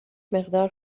مقدار